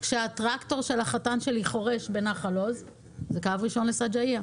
כשהטרקטור של החתן שלי חורש בנחל עוז זה קו ראשון לסג'עייה.